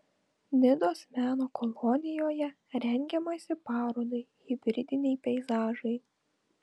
nidos meno kolonijoje rengiamasi parodai hibridiniai peizažai